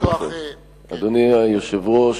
אדוני היושב-ראש,